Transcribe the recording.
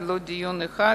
ולא דיון אחד,